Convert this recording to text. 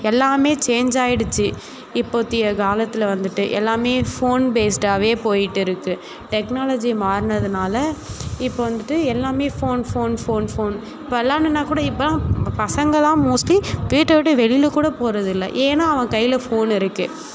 எல்லாமே சேஞ்ச் ஆயிடுச்சி இப்போத்திய காலத்தில் வந்துட்டு எல்லாமே ஃபோன் பேஸ்டாவே போயிட்டு இருக்குது டெக்னாலஜி மாறுனதுனால இப்போது வந்துட்டு எல்லாம் ஃபோன் ஃபோன் ஃபோன் ஃபோன் இப்போ விளாட்ணுன்னா கூட இப்போ இப்போ பசங்கள்லாம் மோஸ்ட்லி வீட்டை விட்டு வெளியில் கூட போகிறது இல்லை ஏன்னா அவன் கையில் ஃபோன் இருக்குது